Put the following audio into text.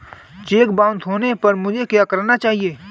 Check bounce होने पर मुझे क्या करना चाहिए?